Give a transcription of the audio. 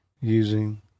using